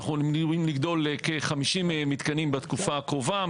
אנחנו אמורי לגדול לכ-50 מתקנים בתקופה הקרובה.